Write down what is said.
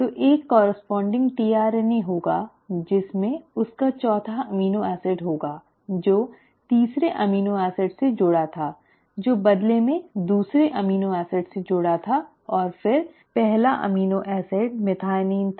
तो एक corresponding tRNA होगा जिसमें उसका चौथा एमिनो एसिड होगा जो तीसरे अमीनो एसिड से जुड़ा था जो बदले में दूसरे एमिनो एसिड से जुड़ा था और फिर पहला एमिनो एसिड मेथिओनिन था